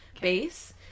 base